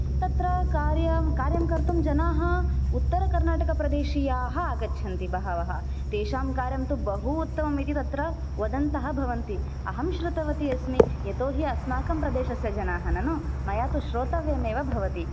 तत्र कार्यं कार्यं कर्तुं जनाः उत्तरकर्नाटकप्रदेशीयाः आगच्छन्ति बहवः तेषां कार्यं तु बहु उत्तमम् इति तत्र वदन्तः भवन्ति अहं श्रुतवती अस्मि यतोऽहि अस्माकं प्रदेशस्य जनाः ननु मया तु श्रोतव्यम् एव भवति